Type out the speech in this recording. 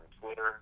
Twitter